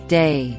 day